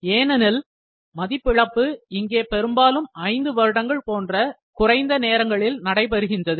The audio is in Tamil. ஏனெனில் மதிப்பிழப்பு இங்கே பெரும்பாலும் ஐந்து வருடங்கள் போன்ற குறைந்த நேரங்களில் நடைபெறுகின்றது